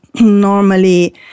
normally